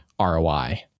ROI